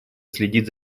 следит